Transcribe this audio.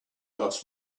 ask